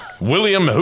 William